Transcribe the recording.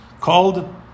called